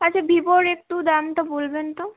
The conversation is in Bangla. আচ্ছা ভিভোর একটু দামটা বলবেন তো